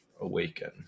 Awaken